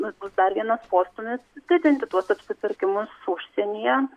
nu bus dar vienas postūmis didinti tuos apsipirkimus užsienyje